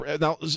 Now